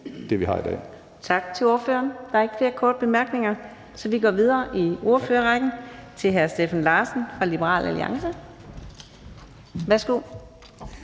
nu, for det, vi har i dag,